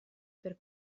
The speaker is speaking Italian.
per